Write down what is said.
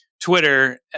Twitter